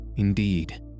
Indeed